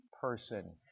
person